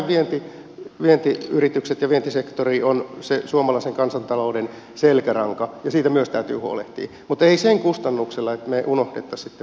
totta kai vientiyritykset ja vientisektori ovat se suomalaisen kansantalouden selkäranka ja myös siitä täytyy huolehtia mutta ei sen kustannuksella että me unohtaisimme sitten pk sektorin